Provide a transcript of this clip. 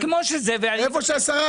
איפה שהשרה